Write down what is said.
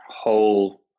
whole